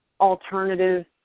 alternative